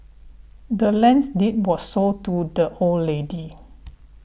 the land's deed was sold to the old lady